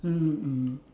mmhmm mm